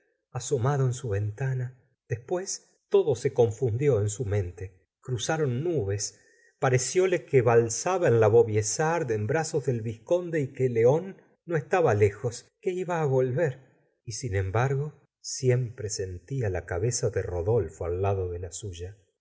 en su ventana después todo se confundió en su mente cruzaron nubes parecióle que valsaba en la vaubyessard en brazos del vizconde y que león no estaba lejos que iba volver y sin embargo siempre sentía la cabeza de rodolfo al lado de la suya